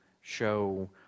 show